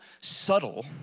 subtle